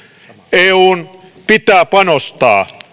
eun pitää panostaa